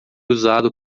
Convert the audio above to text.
usado